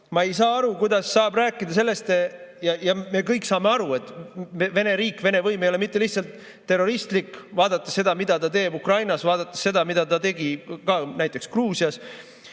Ma ei saa aru, kuidas saab rääkida sellest ... Me kõik saame aru, et Vene riik, Vene võim ei ole mitte lihtsalt terroristlik, vaadates seda, mida ta teeb Ukrainas, vaadates seda, mida ta tegi ka näiteks Gruusias,